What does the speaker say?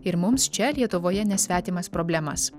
ir mums čia lietuvoje nesvetimas problemas